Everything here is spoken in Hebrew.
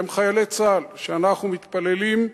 הם חיילי צה"ל שאנחנו מתפללים,